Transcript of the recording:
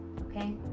okay